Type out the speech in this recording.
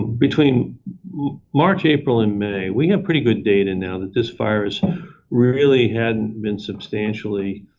between march, april, and may, we have pretty good data now that this virus really hadn't been substantially